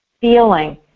feeling